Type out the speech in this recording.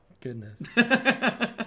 goodness